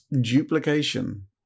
duplication